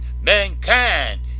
mankind